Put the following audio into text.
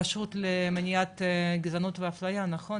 רשות למניעת גזענות ואפליה, נכון?